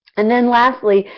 and then lastly,